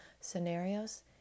scenarios